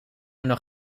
nog